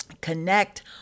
connect